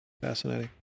Fascinating